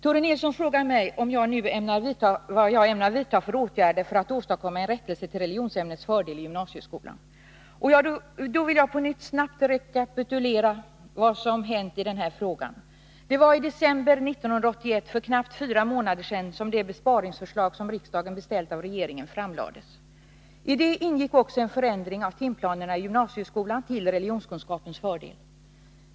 Tore Nilsson frågar mig vad jag nu ämnar vidta för åtgärder för att åstadkomma en rättelse till religionskunskapsämnets fördel i gymnasieskolan. Jag vill då på nytt snabbt rekapitulera vad som har hänt i den här frågan. Det var i december 1981, för knappt fyra månader sedan, som det besparingsförslag som riksdagen beställt av regeringen framlades. I det ingick också en förändring av timplanerna i gymnasieskolan till religionskunskapens fördel.